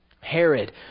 herod